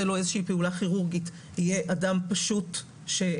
לו איזה שהיא פעולה כירורגית יהיה אדם פשוט שגמר